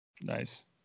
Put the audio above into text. Nice